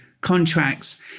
contracts